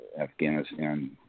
Afghanistan